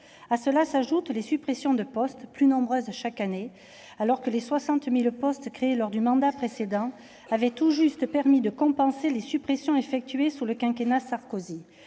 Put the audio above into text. À cela s'ajoutent les suppressions de postes, plus nombreuses chaque année, alors que les 60 000 postes créés lors du quinquennat précédent avaient tout juste permis de compenser les suppressions effectuées sous la présidence de